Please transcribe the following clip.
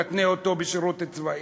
נתנה אותו בשירות צבאי,